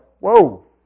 whoa